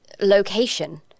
location